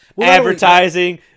Advertising